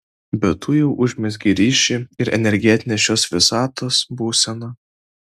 bet tu jau užmezgei ryšį ir energetinė šios visatos būsena